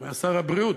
היה שר הבריאות,